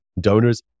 donors